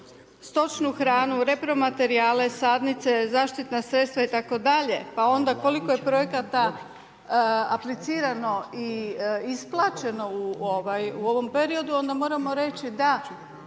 stočnu hranu, repromaterijale, sadnice, zaštitna sredstva itd. Pa onda koliko je projekata aplicirano i isplaćeno u ovom periodu, onda moramo reći da